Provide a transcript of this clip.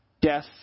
death